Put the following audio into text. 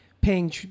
paying